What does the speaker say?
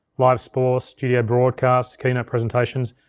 live sports, studio broadcasts, keynote presentations,